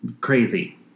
Crazy